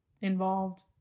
involved